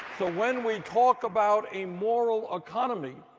so when we talk about a moral economy,